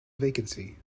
vacancy